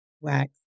Wax